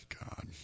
God